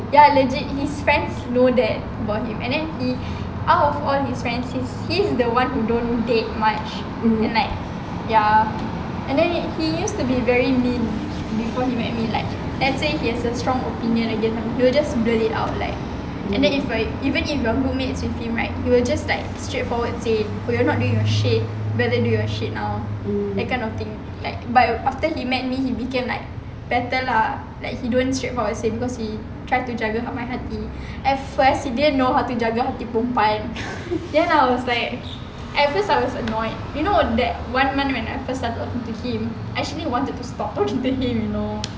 legit his friends know that about him and then he out of all his friends he he's the one who don't date much and then like ya and then he used to very mean before he met me like let's say he has a strong opinion again he will just blurt it out like and then if I even if you are good mates with him right he will just like straightforward say oh you're not doing your shit better do your shit now that kind of thing like but after he met me he became like better lah like he don't straightforward say because he try to jaga my hati at first he don't know how to jaga hati perempuan then I was like at first I was annoyed you know that one month when I started talking to him I actually wanted to stop talking to him you know